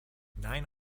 nine